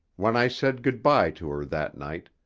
when i said good-bye to her that night,